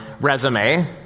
resume